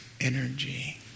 energy